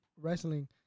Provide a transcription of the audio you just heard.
wrestling